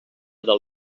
del